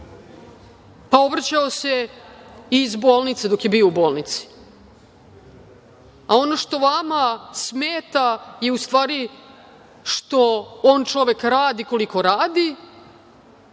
pa obraćao se iz bolnice dok je bio u bolnici, a ono što vama smeta je u stvari što on čovek radi koliko radi,